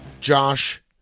Josh